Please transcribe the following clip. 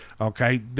okay